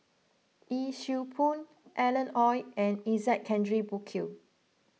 Yee Siew Pun Alan Oei and Isaac Henry Burkill